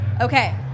Okay